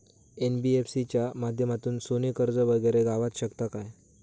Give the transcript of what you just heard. NBFC च्या माध्यमातून सोने कर्ज वगैरे गावात शकता काय?